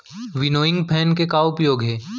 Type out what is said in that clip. Winnowing fan के का उपयोग हे?